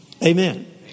Amen